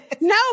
No